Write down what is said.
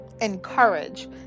encourage